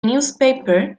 newspaper